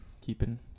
keeping